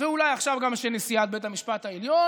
ואולי עכשיו גם של נשיאת בית המשפט העליון.